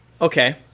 Okay